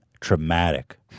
Traumatic